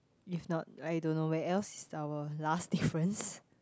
if not I don't know where else is our last difference